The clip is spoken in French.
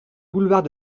boulevard